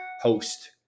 host